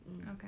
Okay